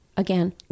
Again